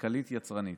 כלכלית יצרנית.